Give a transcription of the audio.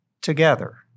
together